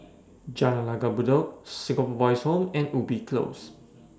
Jalan Langgar Bedok Singapore Boys' Home and Ubi Close